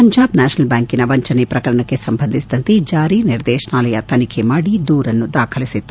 Punjab national ಬ್ಲಾಂಕಿನ ವಂಚನೆ ಪ್ರಕರಣಕ್ಕೆ ಸಂಬಂಧಿಸಿದಂತೆ ಜಾರಿ ನಿರ್ದೇಶನಾಲಯ ತನಿಖೆ ಮಾಡಿ ದೂರನ್ನು ದಾಖಲಿಸಿತ್ತು